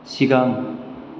सिगां